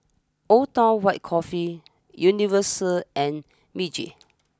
Old Town White Coffee Universal and Meiji